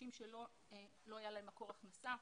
אנשים שלא היה להם מקור הכנסה,